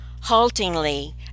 Haltingly